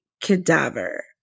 cadaver